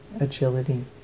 agility